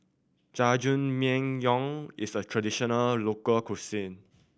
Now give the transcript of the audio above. jajangmyeon is a traditional local cuisine